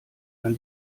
man